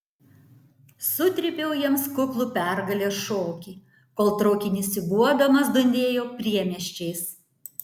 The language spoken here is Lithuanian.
sutrypiau jiems kuklų pergalės šokį kol traukinys siūbuodamas dundėjo priemiesčiais